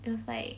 it was like